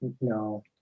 No